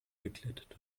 geglättet